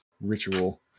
ritual